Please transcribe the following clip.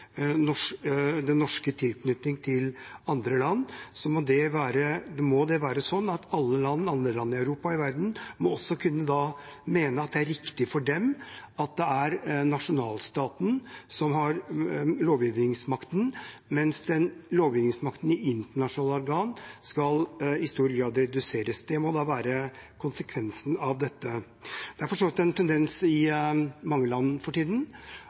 alle andre land i Europa og i verden også må kunne mene at det er riktig for dem at det er nasjonalstaten som har lovgivningsmakten, mens lovgivningsmakten i internasjonale organer i stor grad skal reduseres. Det må da være konsekvensen av dette. Det er for så vidt en tendens i mange land for tiden,